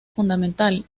fundamental